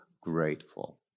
grateful